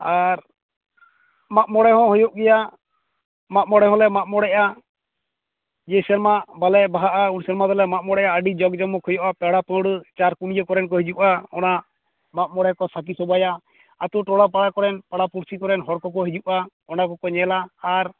ᱟᱨ ᱢᱟᱜᱽ ᱢᱚᱬᱮ ᱦᱚᱸ ᱦᱩᱭᱩᱜ ᱜᱮᱭᱟ ᱢᱟᱜᱽ ᱢᱚᱬᱮ ᱦᱚᱞᱮ ᱢᱟᱜᱽ ᱢᱚᱬᱮᱜᱼᱟ ᱡᱮ ᱥᱮᱨᱢᱟ ᱵᱟᱞᱮ ᱵᱟᱦᱟᱜᱼᱟ ᱩᱱ ᱥᱮᱨᱢᱟ ᱫᱚᱞᱮ ᱢᱟᱜᱽ ᱢᱚᱬᱮᱜᱼᱟ ᱟᱹᱰᱤ ᱡᱟᱠ ᱡᱚᱢᱚᱠ ᱦᱩᱭᱩᱜᱼᱟ ᱯᱮᱲᱟ ᱯᱟᱹᱲᱦᱟᱹᱜ ᱪᱟᱨ ᱠᱚᱲ ᱠᱚᱨᱮᱱ ᱠᱚ ᱦᱤᱡᱩᱜᱼᱟ ᱚᱱᱟ ᱢᱟᱜᱽ ᱢᱚᱬᱮ ᱠᱚ ᱥᱟᱹᱠᱷᱤ ᱥᱚᱵᱷᱟᱭᱟ ᱟᱹᱛᱩ ᱴᱚᱞᱟ ᱯᱟᱲᱟ ᱠᱚᱨᱮᱱ ᱯᱟᱲᱟ ᱯᱩᱲᱥᱤ ᱠᱚᱨᱮᱱ ᱦᱚᱲ ᱠᱚ ᱠᱚ ᱦᱤᱡᱩᱜᱼᱟ ᱚᱱᱟ ᱠᱚ ᱠᱚ ᱧᱮᱞᱟ ᱟᱨ